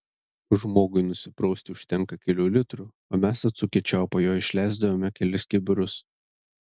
žmogui nusiprausti užtenka kelių litrų o mes atsukę čiaupą jo išleisdavome kelis kibirus